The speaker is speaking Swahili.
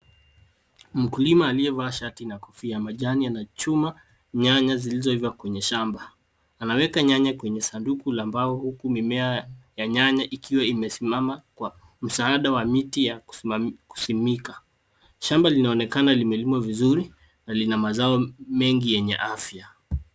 Mkulima aliyevaa shati na kofia ya majani anachuma nyanya zilizoiva kwenye shamba. Anaweka nyanya kwenye sanduku la mbao huku mimea ya nyanya ikiwa imesimama kwa msaada wa miti ya kusimika. Shamba linaonekana limelimwa vizuri, na lina mazao mengi yenye afya.